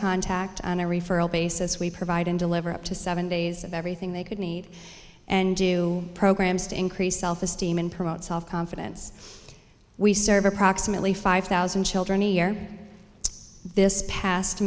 contact on a referral basis we provide and deliver up to seven days of everything they could need and do programs to increase self esteem and promote self confidence we serve approximately five thousand children a year this past